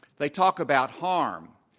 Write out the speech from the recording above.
they talk about harm.